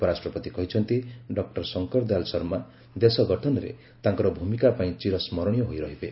ଉପରାଷ୍ଟ୍ରପତି କହିଛନ୍ତି ଡକୁର ଶଙ୍କରଦୟାଲ ଶର୍ମା ଦେଶ ଗଠନରେ ତାଙ୍କର ଭୂମିକା ପାଇଁ ଚିରସ୍ତୁରଣୀୟ ହୋଇ ରହିବେ